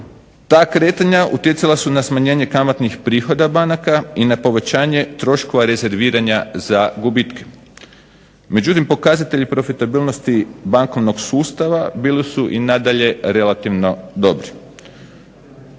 Ta kretanja utjecala su na smanjenje kamatnih prihoda banaka i na povećanje troškova rezerviranja za gubitke. Međutim, pokazatelji profitabilnosti bankovnog sustava bili su i nadalje relativno dobri.